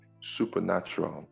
supernatural